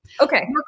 Okay